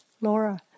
Laura